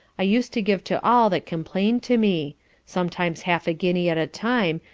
i used to give to all that complain'd to me sometimes half a guinea at a time,